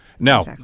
Now